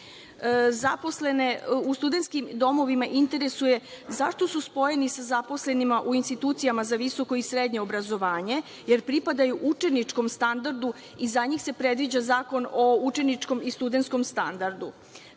u studenskim domovima interesuje zašto su spojeni sa zaposlenima u institucijama za visoko i srednje obrazovanje jer pripadaju učeničkom standardu i za njih se predviđa Zakon o učeničkom i studenskom standardu.